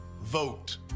vote